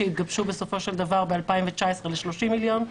שהתגבשו בסופו של דבר ב-2019 ל-30 מיליון.